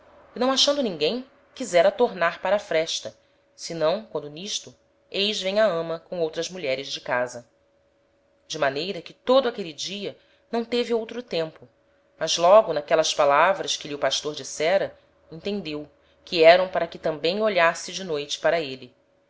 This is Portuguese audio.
não achando ninguem quisera tornar para a fresta senão quando n'isto eis vem a ama com outras mulheres de casa de maneira que todo aquele dia não teve outro tempo mas logo n'aquelas palavras que lhe o pastor dissera entendeu que eram para que tambem olhasse de noite para êle